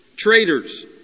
traitors